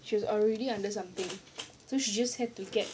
she was already under something so she just had to get